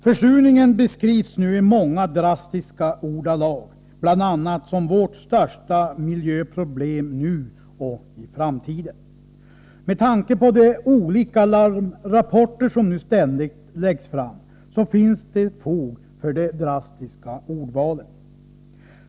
Försurningen beskrivs i många drastiska ordalag, bl.a. som vårt största miljöproblem nu och i framtiden. Med tanke på de olika larmrapporter som ständigt läggs fram finns det fog för de drastiska ordvalen.